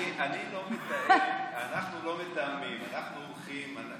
אני לא מתאם, אנחנו לא מתאמים, אנחנו הולכים,